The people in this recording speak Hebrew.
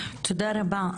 תודה רבה.